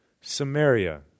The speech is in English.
Samaria